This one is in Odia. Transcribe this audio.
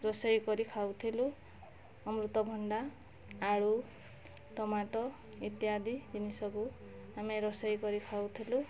ରୋଷେଇ କରି ଖାଉଥିଲୁ ଅମୃତଭଣ୍ଡା ଆଳୁ ଟମାଟୋ ଇତ୍ୟାଦି ଜିନିଷ ସବୁ ଆମେ ରୋଷେଇ କରି ଖାଉଥିଲୁ